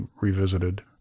revisited